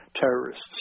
terrorists